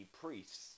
priests